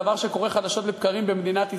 דבר שקורה חדשות לבקרים במדינת ישראל.